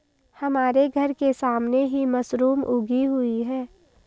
हमारे घर के सामने ही मशरूम उगी हुई है